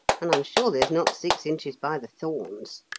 and i'm sure there's not six inches by the thorns.